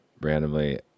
Randomly